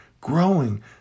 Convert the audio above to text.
growing